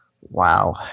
Wow